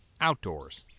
outdoors